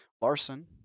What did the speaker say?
Larson